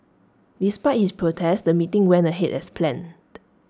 despite his protest the meeting went ahead as planned